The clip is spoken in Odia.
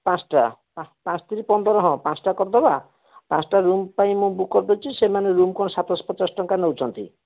ପାଞ୍ଚଟା ପାଞ୍ଚ ତିରି ପନ୍ଦର ହଁ ପାଞ୍ଚଟା କରିଦେବା ପାଞ୍ଚଟା ରୁମ୍ ପାଇଁ ବୁକ୍ କରିଦେଉଛି ସେମାନେ ରୁମ୍ କ'ଣ ସାତଶହ ପଚାଶ ଟଙ୍କା ନେଉଛନ୍ତି